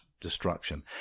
destruction